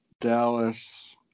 Dallas